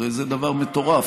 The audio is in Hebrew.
הרי זה דבר מטורף.